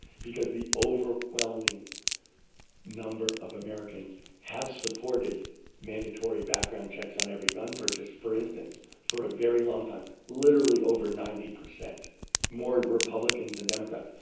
because the overwhelming number of americans have supported mandatory background checks on every gun purchase, for instance, for a very long time. literally over ninety, more republicans than democrats.